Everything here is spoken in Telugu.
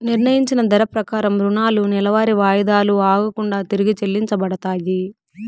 నిర్ణయించిన ధర ప్రకారం రుణాలు నెలవారీ వాయిదాలు ఆగకుండా తిరిగి చెల్లించబడతాయి